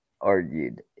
argued